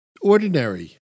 ordinary